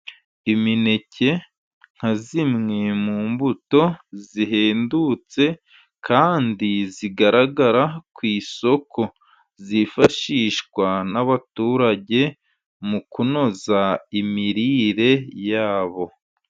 Imineke nka zimwe mu mbuto zihendutse kandi zigaragara ku isoko. Zifashishwa n'abaturage mu kunoza imirire yabo.